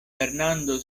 fernando